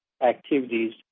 activities